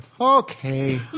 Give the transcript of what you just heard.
Okay